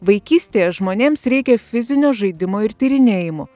vaikystėje žmonėms reikia fizinio žaidimo ir tyrinėjimų